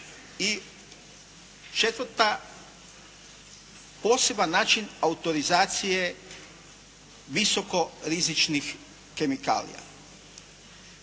I četvrta. Poseban način autorizacije visoko rizičnih kemikalija.